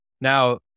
now